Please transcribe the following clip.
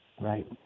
Right